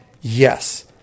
yes